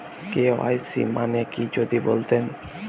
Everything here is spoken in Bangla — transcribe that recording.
কে.ওয়াই.সি মানে কি যদি বলতেন?